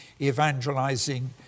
evangelizing